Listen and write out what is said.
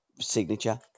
signature